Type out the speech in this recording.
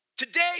Today